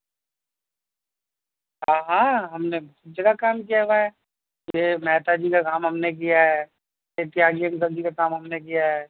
ہاں ہاں ہم نے جگہ کام کیا ہوا ہے یہ مہتا جی کا کام ہم نے کیا ہے اتیاگ ان سر جی کا کام ہم نے کیا ہے